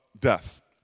death